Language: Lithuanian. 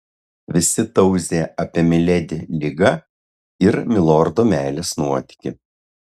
visi tauzija apie miledi ligą ir milordo meilės nuotykį